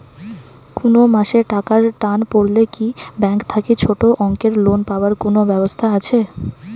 কুনো মাসে টাকার টান পড়লে কি ব্যাংক থাকি ছোটো অঙ্কের লোন পাবার কুনো ব্যাবস্থা আছে?